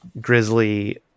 grizzly